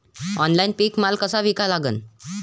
Online पीक माल कसा विका लागन?